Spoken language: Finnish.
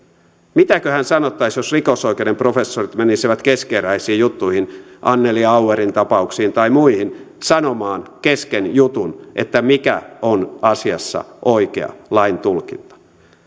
mitäköhän sanottaisiin jos rikosoikeuden professorit menisivät keskeneräisiin juttuihin anneli auerin tapauksiin tai muihin sanomaan kesken jutun mikä on asiassa oikea laintulkinta